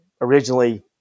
originally